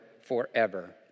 forever